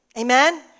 Amen